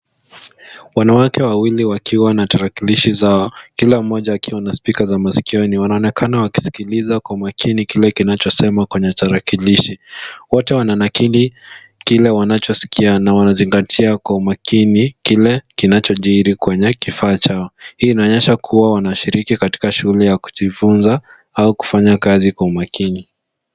Wanawake wawili wakiwa na tarakilishi zao kila mmoja akiwa na spika za masikioni wanaonekana wakisikiliza kwa umakini kile kinachosemwa kwenye tarakilishi. Wote wananakili kile wanachosikia na wanazingatia kwa umakini kile kinachojiri kwenye kifaa chao. Hii inaonyesha kuwa wanashiriki katika shughuli ya kujifunza au kufanya kazi kwa umakini.